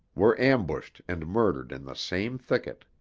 were ambushed and murdered in the same thicket.